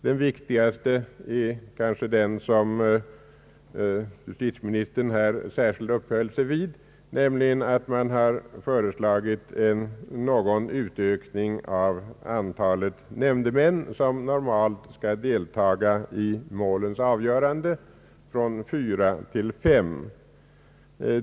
Den viktigaste är kanske den som justitieministern särskilt uppehöll sig vid i sitt anförande, nämligen att man har föreslagit en utökning av det antal nämndemän, som normalt skall deltaga i målens avgörande, från fyra till fem.